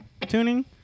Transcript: tuning